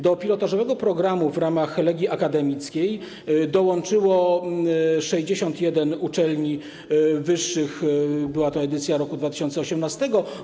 Do pilotażowego programu w ramach „Legii akademickiej” dołączyło 61 uczelni wyższych; była to edycja z roku 2018.